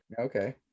Okay